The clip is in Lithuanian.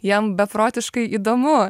jiem beprotiškai įdomu